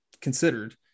considered